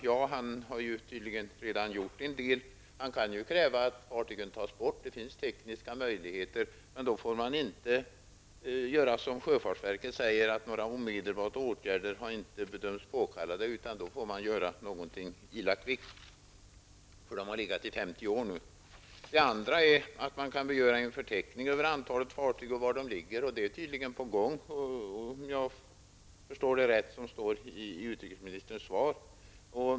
Ja, han har tydligen redan gjort en del, men han kan kräva att fartygen tas bort. Det finns tekniska möjligheter till detta, men då får man inte göra som sjöfartsverket och säga att några omedelbara åtgärder har inte bedömts påkallade, utan då får man göra någonting illa kvickt. Dessa fartyg har legat i 50 år nu. Man kan även begära en förteckning över antalet fartyg och var de ligger, men detta är tydligen på gång om jag har förstått utrikesministerns svar rätt.